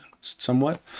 somewhat